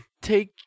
Take